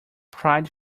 pride